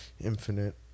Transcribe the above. Infinite